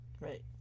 right